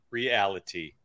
reality